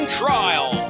trial